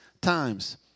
times